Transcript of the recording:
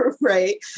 Right